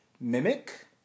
mimic